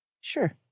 Sure